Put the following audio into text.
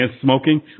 smoking